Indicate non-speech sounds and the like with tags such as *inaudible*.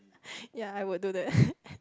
ya I would do that *laughs*